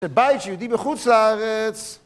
בבית יהודי בחוץ לארץ